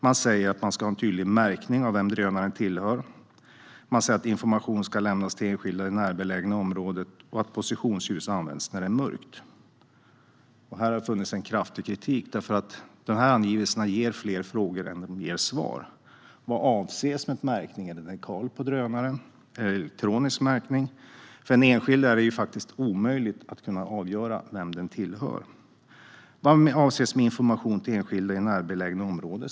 Man säger att det ska finnas en tydlig märkning av vem drönaren tillhör, att information ska lämnas till enskilda i det närbelägna området och att positionsljus ska användas när det är mörkt. Här har det riktats kraftig kritik, eftersom dessa angivelser väcker fler frågor än vad de ger svar. Vad avses med märkning? Ska det vara en dekal på drönaren, eller ska det vara elektronisk märkning? För den enskilde är det omöjligt att kunna avgöra vem den tillhör. Vad avses med information till enskilda i det närbelägna området?